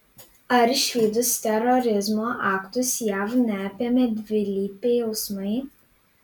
ar išvydus terorizmo aktus jav neapėmė dvilypiai jausmai